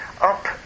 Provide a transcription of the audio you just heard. up